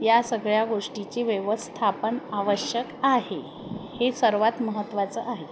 या सगळ्या गोष्टीचे व्यवस्थापन आवश्यक आहे हे सर्वात महत्त्वाचं आहे